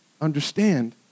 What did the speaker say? understand